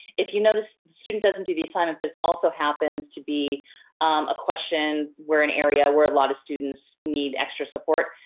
if you notice the student doesn't do the assignment, but it also happens to be a question where an area where a lot of students need extra support,